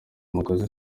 magasin